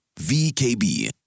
VKB